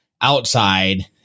outside